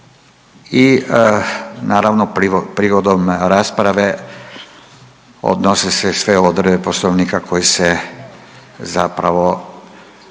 I naravno prigodom rasprave odnose se sve odredbe poslovnika koje se zapravo